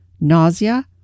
nausea